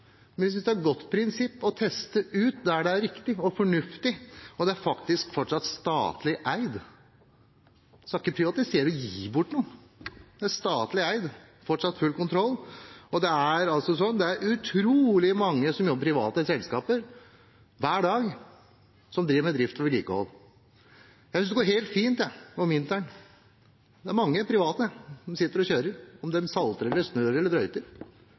Men det er, som jeg sier, veldig spesielt når man sier at det liksom er en prinsipprivatisering. Det er det eneste som gjelder. Det ble sagt av Arbeiderpartiets representant. Nei, det er ikke noe prinsipp. Vi synes det er et godt prinsipp å teste ut der det er riktig og fornuftig, og det er faktisk fortsatt statlig eid. Man skal ikke privatisere og gi bort noe, det er statlig eid, fortsatt full kontroll. Og det er utrolig mange som jobber i private selskaper hver dag, som driver med drift og vedlikehold.